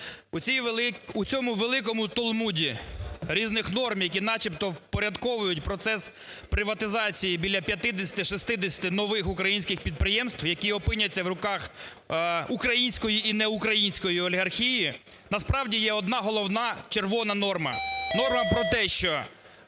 у цьому велику талмуді різних норм, які начебто впорядковують процес приватизації біля 50-60 нових українських підприємств, які опиняться в руках української і неукраїнської олігархії, насправді є одна головна, червона норма: норма про те, що